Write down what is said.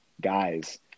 guys